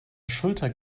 schulter